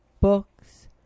books